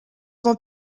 dans